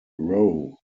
row